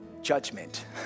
judgment